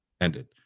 ended